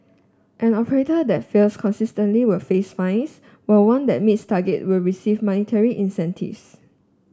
an operator that fails consistently will face fines while one that meets target will receive monetary incentives